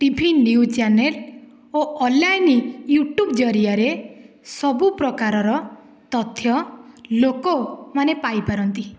ଟି V news channel ଓ online YouTube ଜରିଆରେ ସବୁ ପ୍ରକାରର ତଥ୍ୟ ଲୋକମାନେ ପାଇପାରନ୍ତି